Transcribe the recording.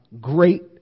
great